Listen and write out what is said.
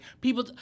People